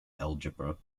algebra